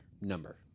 number